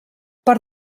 per